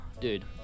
Dude